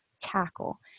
tackle